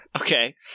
Okay